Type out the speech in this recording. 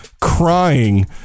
crying